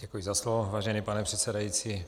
Děkuji za slovo, vážený pane předsedající.